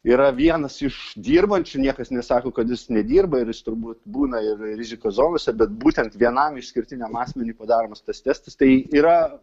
yra vienas iš dirbančių niekas nesako kad jis nedirba ir jis turbūt būna ir rizikos zonose bet būtent vienam išskirtiniam asmeniui padaromas tas testas tai yra